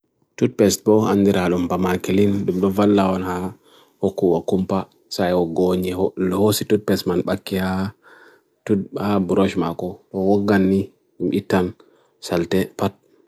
Toothpast bo andir alun pa makelim, dun vala onha hoku akumpa sayo gonya. Ho si Toothpast man bakya a broj ma ko, mw ogan ni itam salte pat.